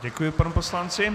Děkuji panu poslanci.